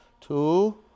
Two